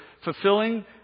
fulfilling